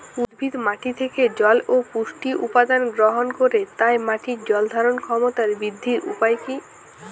উদ্ভিদ মাটি থেকে জল ও পুষ্টি উপাদান গ্রহণ করে তাই মাটির জল ধারণ ক্ষমতার বৃদ্ধির উপায় কী?